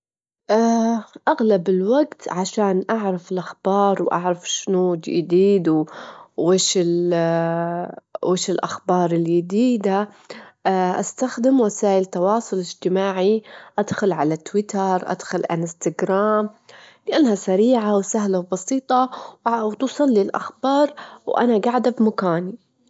أعتقد أن كل إنسان عنده القدرة بشكل ما على تغيير مصيره، رغم أن القدر له دور، لكن الإرادة والعمل الجاد يجدرون يصنعون التغيير في كل الأحوال.